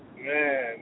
Man